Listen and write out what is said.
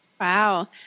Wow